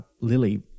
lily